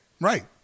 right